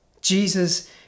Jesus